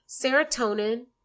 Serotonin